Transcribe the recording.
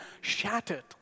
shattered